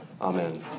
Amen